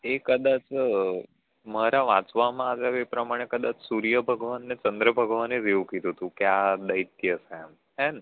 એ કદાચ મારા વાંચવામાં આવ્યા એ પ્રમાણે કદાચ સૂર્ય ભગવાનને ચંદ્ર ભગવાને જ એવું કીધું હતું કે આ દૈત્ય છે એમ હેં ને